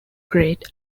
great